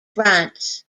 france